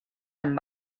amb